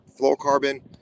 fluorocarbon